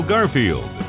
Garfield